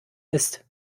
ist